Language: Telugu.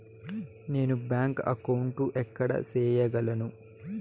నేను బ్యాంక్ అకౌంటు ఎక్కడ సేయగలను